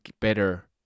better